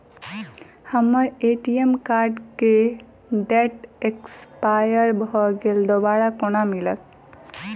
हम्मर ATM card केँ date expire भऽ गेल दोबारा कोना मिलत?